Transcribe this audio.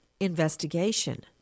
investigation